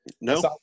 No